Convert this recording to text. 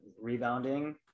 rebounding